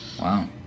wow